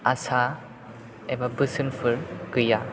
आसा एबा बोसोनफोर गैया